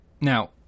Now